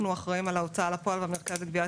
אנחנו אחראים על ההוצאה לפועל במרכז לגביית